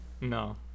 No